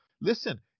listen